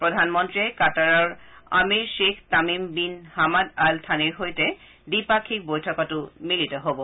প্ৰধানমন্ত্ৰীয়ে কাটাৰৰ Emir Sheikh Tamim bin Hamad Al থানিৰ সৈতে দ্বিপাক্ষীক বৈঠকটো মিলিত হ'ব